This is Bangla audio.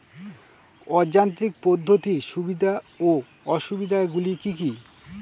অযান্ত্রিক পদ্ধতির সুবিধা ও অসুবিধা গুলি কি কি?